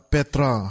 Petra